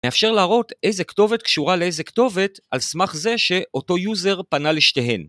מאפשר להראות איזה כתובת קשורה לאיזה כתובת על סמך זה שאותו יוזר פנה לשתיהן.